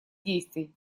действий